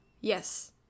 Yes